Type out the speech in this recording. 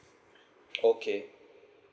okay